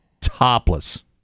topless